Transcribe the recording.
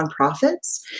nonprofits